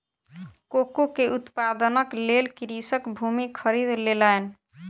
cocoa के उत्पादनक लेल कृषक भूमि खरीद लेलैन